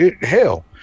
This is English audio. hell